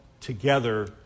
together